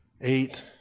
Eight